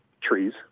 trees